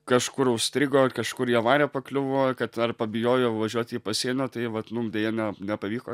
kažkur užstrigo kažkur į avariją pakliuvo kad ar pabijojo važiuoti į pasienio tai vat mum deja ne nepavyko